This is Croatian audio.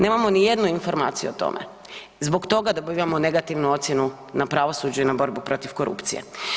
Nemamo nijednu informaciju o tome, zbog toga dobivamo negativnu ocjenu na pravosuđu i na borbu protiv korupcije.